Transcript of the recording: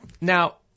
now